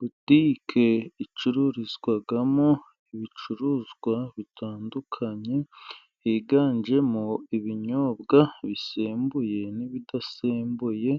Butiki icururizwamo ibicuruzwa bitandukanye higanjemo ibinyobwa bisembuye n'ibidasembuye,